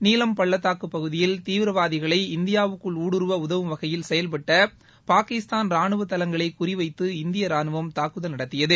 நீலம் பள்ளத்தாக்குபகுதியில் தீவிரவாதிகளை இந்தியாவுக்குள் ஊடுருவஉதவும் வகையில் செயல்பட்டபாகிஸ்தான் ராணுவதளங்களைகுறிவைத்து இந்தியராணுவம் தாக்குதல் நடத்தியது